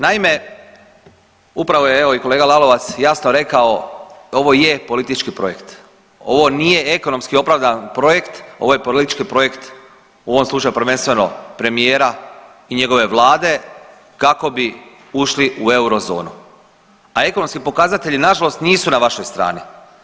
Naime, upravo je evo i kolega Lalovac jasno rekao ovo je politički projekt, ovo nije ekonomski opravdan projekt, ovo je politički projekt, u ovom slučaju prvenstveno premijera i njegove vlade kako bi ušli u eurozonu, a ekonomski pokazatelji nažalost nisu na vašoj strani.